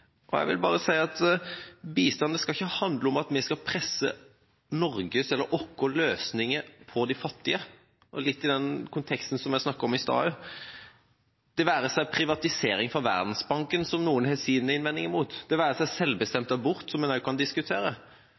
Jeg vil bare si – litt i den konteksten jeg snakket om i stad – at bistand ikke skal handle om at vi skal presse våre løsninger på de fattige, det være seg privatisering for Verdensbanken som noen har sine innvendinger mot, det være seg selvbestemt abort som en også kan diskutere.